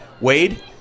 Wade